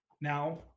now